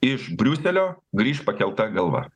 iš briuselio grįš pakelta galva